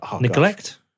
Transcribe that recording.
neglect